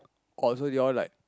so you all like